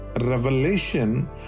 revelation